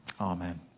Amen